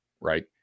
right